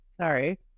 Sorry